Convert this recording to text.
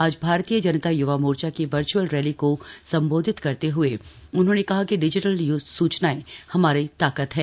आज भारतीय जनता य्वा मोर्चा की virtual rally को संबोधित करते हए उन्होंने कहा कि डिजीटल सूचनाएं हमारी ताकत हैं